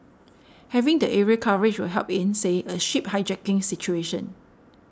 having the aerial coverage will help in say a ship hijacking situation